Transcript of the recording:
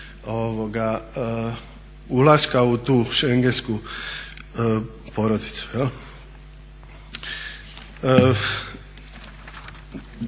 ulaska u tu šengensku porodicu.